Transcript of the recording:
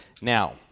Now